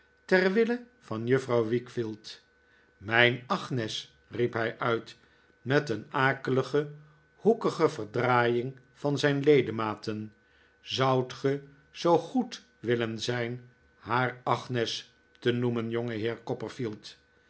ter wille van juffrouw wickfield mijn agnes riep hij uit met een akelige hoekige verdraaiing van zijn ledematen zoudt ge zoo goed willen zijn haar agnes te noemen